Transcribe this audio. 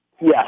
Yes